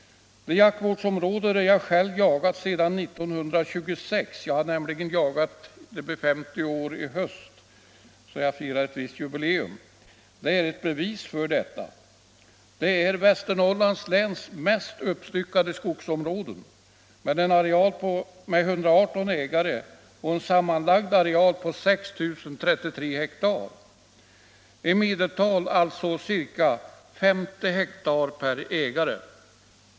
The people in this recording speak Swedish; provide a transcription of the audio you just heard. Det jaktvårdsområde där jag själv jagat sedan 1926 — jag firar alltså 50 års jubileum i höst — är ett bevis för detta. Det är Västernorrlands mest uppstyckade skogsområde med 118 ägare och en sammanlagd areal av 6 033 hektar, i medeltal alltså ca 50 hektar per ägare.